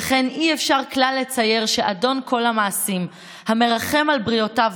וכן: "אי-אפשר כלל לצייר שאדון כל המעשים המרחם על בריותיו,